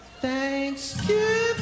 Thanksgiving